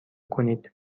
کنید